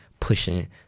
Pushing